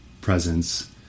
presence